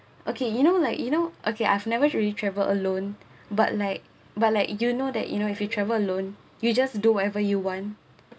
okay you know like you know okay I've never really travel alone but like but like you know that you know if you travel alone you just do whatever you want